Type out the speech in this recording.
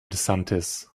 desantis